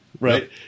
Right